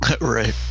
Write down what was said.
right